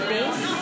base